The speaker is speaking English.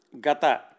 Gata